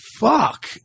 fuck